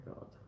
God